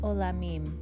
Olamim